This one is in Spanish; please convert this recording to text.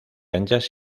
anchas